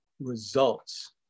results